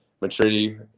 maturity